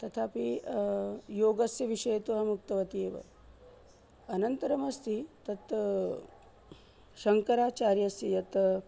तथापि योगस्य विषये तु अहम् उक्तवती एव अनन्तरमस्ति तत् शङ्कराचार्यस्य यत्